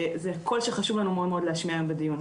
זה קול שחשוב לנו מאוד להשמיע היום בדיון.